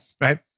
right